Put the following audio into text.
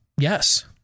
Yes